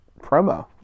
promo